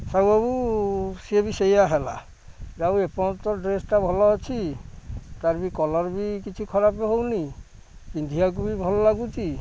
ସାହୁ ବାହୁ ସିଏ ବି ସେଇଆ ହେଲା ଯାହାହେଉ ଏପର୍ଯ୍ୟ ତ ଡ୍ରେସଟା ଭଲ ଅଛି ତାର ବି କଲର୍ ବି କିଛି ଖରାପ ହେଉନି ପିନ୍ଧିବାକୁ ବି ଭଲ ଲାଗୁଛି